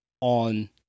on